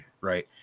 right